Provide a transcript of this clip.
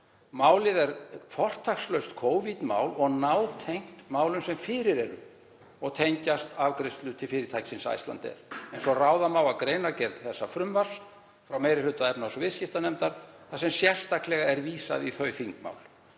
Málið er fortakslaust Covid-mál og nátengt málum sem fyrir eru og tengjast afgreiðslu til fyrirtækisins Icelandair, eins og ráða má af greinargerð þessa frumvarps frá meiri hluta efnahags- og viðskiptanefndar, þar sem sérstaklega er vísað í þau þingmál,